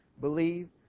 believe